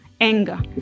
anger